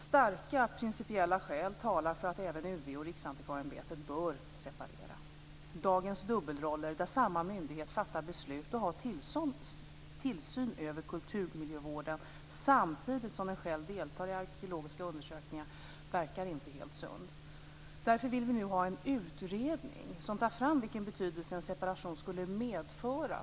Starka principiella skäl talar för att även UV och Riksantikvarieämbetet bör separera. Dagens dubbelroller där samma myndighet fattar beslut och har tillsyn över kulturmiljövården samtidigt som den själv deltar i arkeologiska undersökningar verkar inte helt sund. Därför vill vi att det skall tillsättas en utredning som undersöker vilken betydelse en separation skulle medföra.